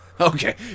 okay